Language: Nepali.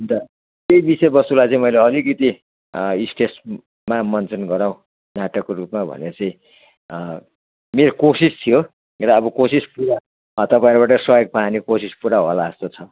अन्त त्यही विषय वस्तुलाई चाहिँ मैले अलिकति स्टेजमा मञ्चन गराउँ नाटकको रूपमा भनेर चाहिँ मेरो कोसिस थियो मेरो अब कोसिस पुरा अब तपाईँहरूबाट सहयोग पायो भने कोसिस पुरा होला जस्तो छ